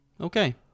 Okay